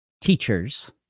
teachers